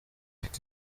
iki